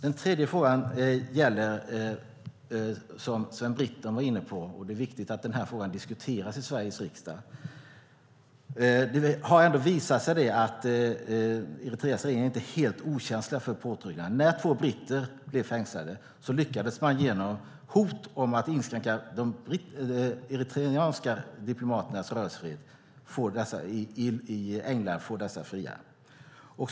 Den tredje frågan gäller något som Sven Britton var inne på, och det är viktigt att detta diskuteras. Det har visat sig att Eritreas regering inte är helt okänslig för påtryckningar. När två britter blev fängslade lyckades man genom hot om att inskränka de eritreanska diplomaternas rörelsefrihet i Storbritannien få britterna fria.